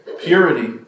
purity